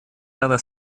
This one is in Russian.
ряда